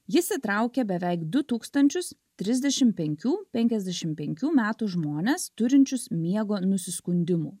jis įtraukė beveik du tūkstančius trisdešim penkių penkiasdešim penkių metų žmones turinčius miego nusiskundimų